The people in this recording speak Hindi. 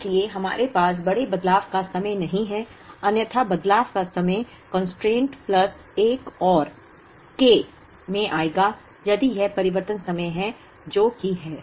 इसलिए हमारे पास बड़े बदलाव का समय नहीं है अन्यथा बदलाव का समय बाधा कंस्ट्रेंट प्लस एक और K में आएगा यदि वह परिवर्तन समय है जो कि है